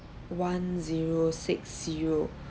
one zero six zero